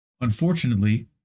Unfortunately